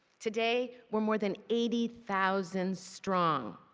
today, we are more than eighty thousand strong.